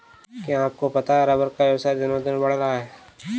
क्या आपको पता है रबर का व्यवसाय आज दिनोंदिन बढ़ रहा है?